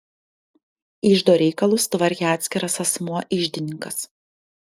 iždo reikalus tvarkė atskiras asmuo iždininkas